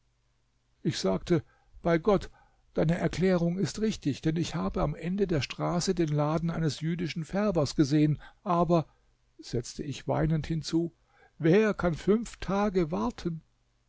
ich sagte bei gott deine erklärung ist richtig denn ich habe am ende der straße den laden eines jüdischen färbers gesehen aber setzte ich weinend hinzu wer kann fünf tage warten